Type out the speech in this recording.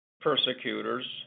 persecutors